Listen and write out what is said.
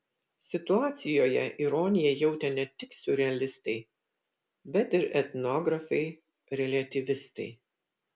situacijoje ironiją jautė ne tik siurrealistai bet ir etnografai reliatyvistai